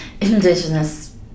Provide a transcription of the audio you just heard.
Indigenous